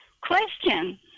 question